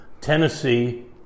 Tennessee